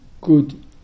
good